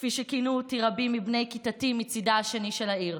כפי שכינו אותי רבים מבני כיתתי מצידה השני של העיר.